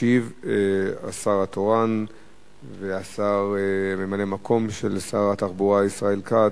ישיב השר התורן וממלא-מקום שר התחבורה ישראל כץ,